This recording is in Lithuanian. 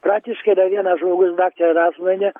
praktiškai yra vienas žmogus daktarė razmuvienė